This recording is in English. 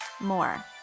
more